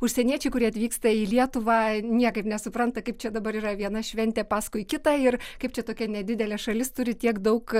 užsieniečiai kurie atvyksta į lietuvą niekaip nesupranta kaip čia dabar yra viena šventė paskui kitą ir kaip čia tokia nedidelė šalis turi tiek daug